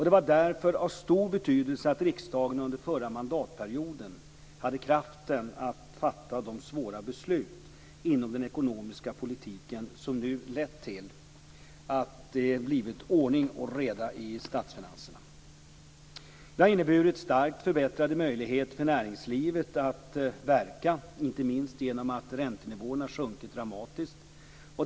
Det var därför av stor betydelse att riksdagen under förra mandatperioden hade kraften att fatta de svåra beslut inom den ekonomiska politiken som nu lett till att det blivit ordning och reda i statsfinanserna. Det har inneburit starkt förbättrade möjligheter för näringslivet att verka, inte minst genom att räntenivåerna sjunkit dramatiskt.